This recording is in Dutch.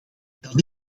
dat